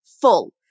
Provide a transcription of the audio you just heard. Full